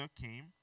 came